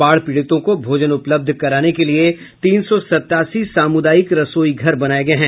बाढ़ पीड़ितों को भोजन उपलब्ध कराने के लिए तीन सौ सतासी सामुदायिक रसोई घर बनाये गये हैं